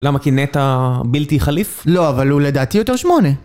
למה כי נטע בלתי חליף? לא, אבל הוא לדעתי יותר שמונה.